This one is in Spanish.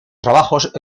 trabajos